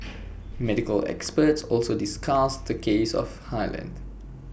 medical experts also discussed the case of hire length